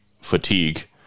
fatigue